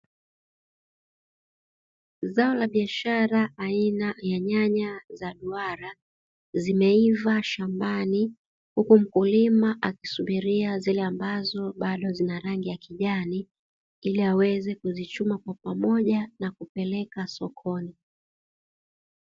Zao la biashara aina ya nyanya za duara zimeiva shambani, huku mkulima akisubiria zile ambazo bado zina rangi ya kijani ili aweze kuzichuma kwa pamoja na kupeleka sokoni.